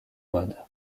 mode